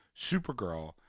Supergirl